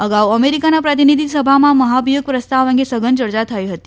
અગાઉ અમેરિકાની પ્રતિનિધિ સભામાં મહાભિયોગ પ્રસ્તાવ અંગે સઘન યર્ચા થઈ હતી